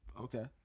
Okay